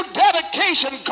dedication